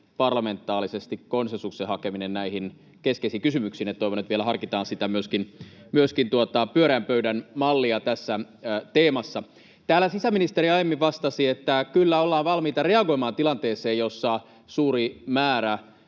parlamentaarisen konsensuksen hakeminen näihin keskeisiin kysymyksiin, niin että toivon, että vielä harkitaan myöskin sitä pyöreän pöydän mallia tässä teemassa. Täällä sisäministeri aiemmin vastasi, että ”kyllä ollaan valmiita” reagoimaan tilanteeseen, jossa suuri määrä